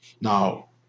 Now